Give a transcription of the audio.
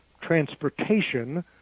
transportation